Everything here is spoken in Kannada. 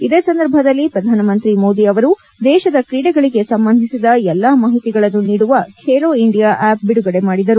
ಇದೇ ಸಂದರ್ಭದಲ್ಲಿ ಪ್ರಧಾನಮಂತ್ರಿ ಮೋದಿ ಅವರುದೇಶದ ಕ್ರೀಡೆಗಳಿಗೆ ಸಂಬಂಧಿಸಿದ ಎಲ್ಲ ಮಾಹಿತಿಗಳನ್ನು ನೀಡುವ ಖೇಲೋ ಇಂಡಿಯಾ ಆಪ್ ಬಿಡುಗಡೆ ಮಾಡಿದರು